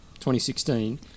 2016